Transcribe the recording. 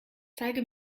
zeige